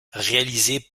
réalisé